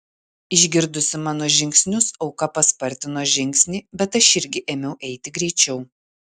išgirdusi mano žingsnius auka paspartino žingsnį bet aš irgi ėmiau eiti greičiau